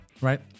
Right